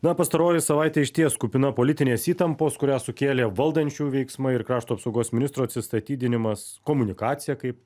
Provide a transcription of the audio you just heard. na pastaroji savaitė išties kupina politinės įtampos kurią sukėlė valdančių veiksmai ir krašto apsaugos ministro atsistatydinimas komunikacija kaip